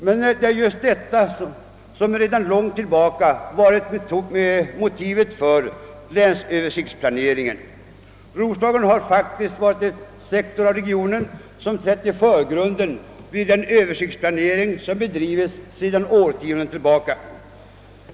Men det är just detta som sedan lång tid varit motivet för länsöversiktsplaneringen. Roslagen har faktiskt varit den sektor av regionen som trätt i förgrunden vid den Ööversiktsplanering som bedrivits sedan årtionden tillbaka.